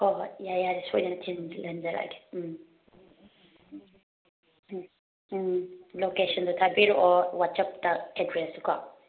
ꯍꯣꯏ ꯍꯣꯏ ꯌꯥꯔꯦ ꯌꯥꯔꯦ ꯁꯣꯏꯗꯅ ꯊꯤꯟꯍꯟꯖꯔꯛꯑꯒꯦ ꯎꯝ ꯎꯝ ꯎꯝ ꯂꯣꯀꯦꯁꯟꯗꯣ ꯊꯥꯕꯤꯔꯛꯑꯣ ꯋꯥꯆꯦꯞꯇ ꯑꯦꯗ꯭ꯔꯦꯁꯇꯣ ꯀꯣ